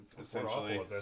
Essentially